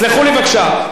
תסלחו לי בבקשה.